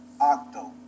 octo